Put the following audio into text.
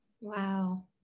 Wow